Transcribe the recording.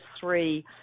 three